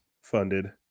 funded